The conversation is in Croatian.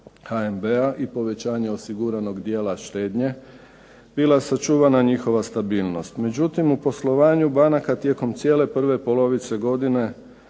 HNB-a i povećanje osiguranog dijela štednje bila sačuvana njihova stabilnost. Međutim, u poslovanju banaka tijekom cijele prve polovice godine